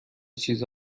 چیز